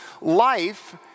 life